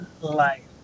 Life